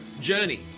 Journey